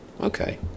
okay